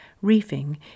Reefing